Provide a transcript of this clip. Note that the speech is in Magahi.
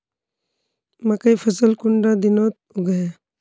मकई फसल कुंडा दिनोत उगैहे?